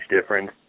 difference